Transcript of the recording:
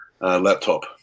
laptop